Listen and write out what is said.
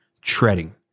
treading